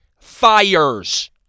fires